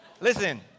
Listen